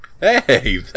Hey